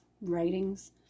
writings